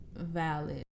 valid